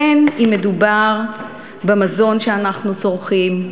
בין אם מדובר במזון שאנחנו צורכים,